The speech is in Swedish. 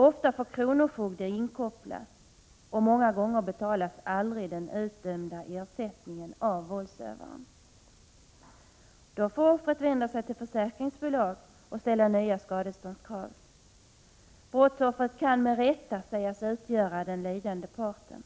Ofta får kronofogden kopplas in. Många gånger betalas aldrig den utdömda ersättningen av våldsövaren. Då får offret vända sig till försäkringsbolag med nya skadeståndskrav. Brottsoffret kan med rätta sägas utgöra den lidande parten.